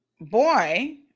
boy